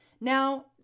Now